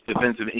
defensive